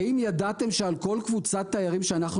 האם ידעתם שעל כל קבוצת תיירים שאנחנו